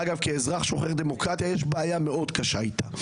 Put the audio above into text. אגב, כאזרח שוחר דמוקרטיה, יש בעיה מאוד קשה איתה.